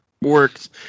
works